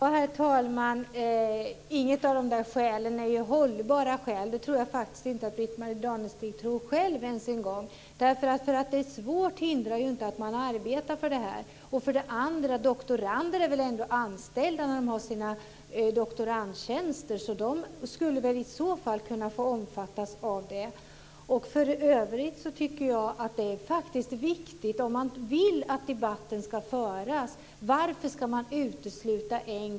Herr talman! Inget av dessa skäl är något hållbart skäl. Det tror jag faktiskt inte att Britt-Marie Danestig tror själv ens en gång. Det faktum att detta är svårt hindrar inte att man arbetar för det. Doktorander är väl ändå anställda när de har sina doktorandtjänster, så de skulle väl kunna få omfattas av detta? För övrigt undrar jag varför man ska utesluta en grupp, om man vill att debatten ska föras.